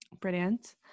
brilliant